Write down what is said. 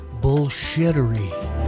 bullshittery